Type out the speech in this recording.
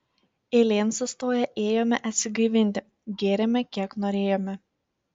eilėn sustoję ėjome atsigaivinti gėrėme kiek norėjome